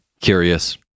curious